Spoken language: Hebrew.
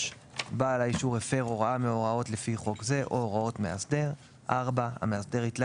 בעל האישור הפר הוראה מההוראות לפי חוק זה או הוראות מאסדר; המאסדר התלה